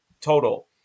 total